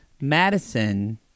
Madison